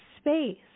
space